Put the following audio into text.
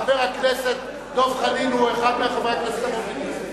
חבר הכנסת דב חנין הוא אחד מחברי הכנסת המובילים.